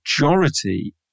majority